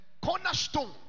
cornerstone